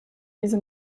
diese